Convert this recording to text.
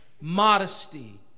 modesty